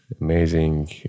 amazing